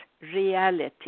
Reality